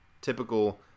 Typical